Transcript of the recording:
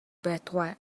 байтугай